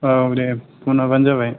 औ दे फन हरबानो जाबाय